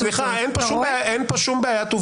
סליחה, אין פה שום בעיית עובדות.